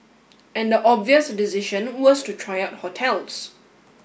and the obvious decision was to try out hotels